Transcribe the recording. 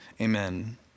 Amen